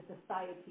society